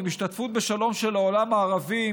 עם השתתפות בשלום של העולם הערבי,